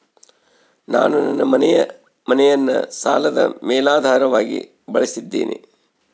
ನಾನು ನನ್ನ ಮನೆಯನ್ನ ಸಾಲದ ಮೇಲಾಧಾರವಾಗಿ ಬಳಸಿದ್ದಿನಿ